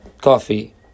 coffee